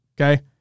Okay